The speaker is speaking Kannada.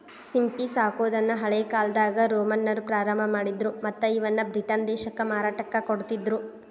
ಸಿಂಪಿ ಸಾಕೋದನ್ನ ಹಳೇಕಾಲ್ದಾಗ ರೋಮನ್ನರ ಪ್ರಾರಂಭ ಮಾಡಿದ್ರ ಮತ್ತ್ ಇವನ್ನ ಬ್ರಿಟನ್ ದೇಶಕ್ಕ ಮಾರಾಟಕ್ಕ ಕೊಡ್ತಿದ್ರು